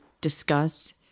discuss